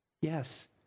yes